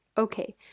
Okay